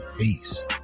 Peace